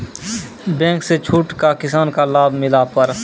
Bank से छूट का किसान का लाभ मिला पर?